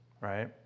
right